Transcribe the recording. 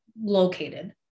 located